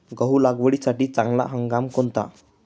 गहू लागवडीसाठी चांगला हंगाम कोणता?